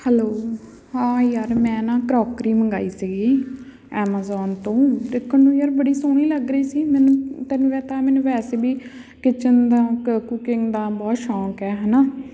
hello ਹਾਂ ਯਾਰ ਮੈਂ ਨਾ ਕਰੋਕਰੀ ਮੰਗਵਾਈ ਸੀਗੀ ਐਮਜ਼ੋਨ ਤੋਂ ਦੇਖਣ ਨੂੰ ਯਾਰ ਬੜੀ ਸੋਹਣੀ ਲੱਗ ਰਹੀ ਸੀ ਮੈਨੂੰ ਤੈਨੂੰ ਪਤਾ ਮੈਨੂੰ ਵੈਸੇ ਵੀ ਕਿਚਨ ਦਾ ਕ ਕੁਕਿੰਗ ਦਾ ਬਹੁਤ ਸ਼ੌਕ ਹੈ ਹੈ ਨਾ